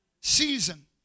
Season